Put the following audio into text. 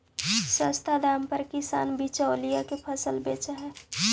सस्ता दाम पर किसान बिचौलिया के फसल बेचऽ हइ